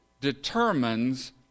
determines